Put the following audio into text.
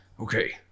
Okay